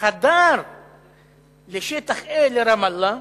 חדר לשטח A, לרמאללה,